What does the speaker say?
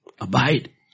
Abide